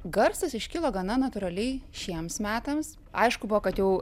garsas iškilo gana natūraliai šiems metams aišku buvo kad jau